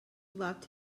loved